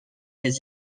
les